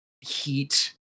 heat